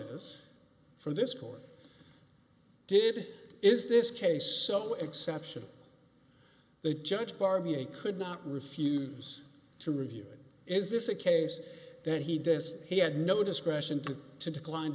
is for this court did is this case so exceptional they judge barmy could not refuse to review it is this a case that he did as he had no discretion to decline